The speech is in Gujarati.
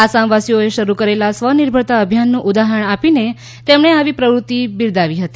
આસામવાસીઓએ શરૂ કરેલા સ્વનિર્ભરતા અભિયાનનું ઉદાહરણ આપીને તેમણે આવી પ્રવૃત્તિને બિરદાવી હતી